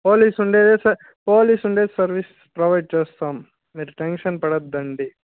police ఉండేదే స police ఉండేదే సర్వీస్కి ప్రొవైడ్ చేస్తాం మీరు టెన్షన్ పడొద్దండి